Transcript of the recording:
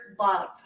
love